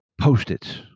post-its